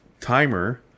timer